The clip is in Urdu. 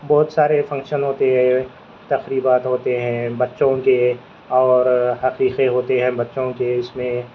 بہت سارے فنکشن ہوتے ہیں تقریبات ہوتے ہیں بچوں کے اور عقیقے ہوتے ہیں بچوں کے اس میں